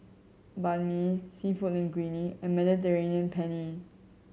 Banh Mi Seafood Linguine and Mediterranean Penne